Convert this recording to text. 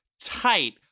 tight